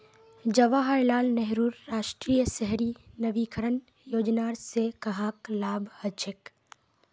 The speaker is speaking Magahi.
जवाहर लाल नेहरूर राष्ट्रीय शहरी नवीकरण योजनार स कहाक लाभ हछेक